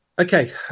okay